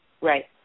Right